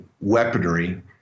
weaponry